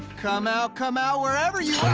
come out, come out, wherever you